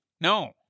No